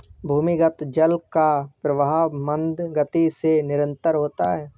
भूमिगत जल का प्रवाह मन्द गति से निरन्तर होता है